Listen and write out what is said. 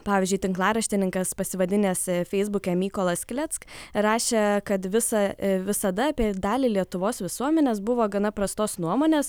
pavyzdžiui tinklaraštininkas pasivadinęs feisbuke mykolas kleck rašė kad visa visada apie dalį lietuvos visuomenės buvo gana prastos nuomonės